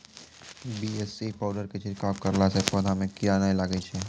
BAC powder के छिड़काव करला से पौधा मे कीड़ा नैय लागै छै?